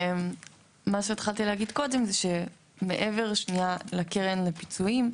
מה שהתחלתי להגיד קודם זה שמעבר לקרן לפיצויים,